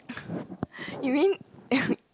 you mean